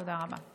תודה רבה.